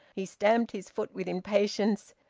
he stamped his foot with impatience.